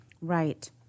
Right